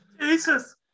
Jesus